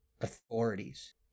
authorities